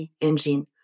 engine